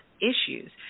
issues